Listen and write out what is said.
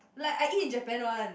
like I eat Japan one